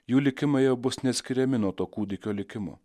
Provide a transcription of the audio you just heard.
jų likimai jau bus neskiriami nuo to kūdikio likimo